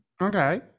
Okay